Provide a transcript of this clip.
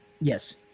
Yes